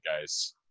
guys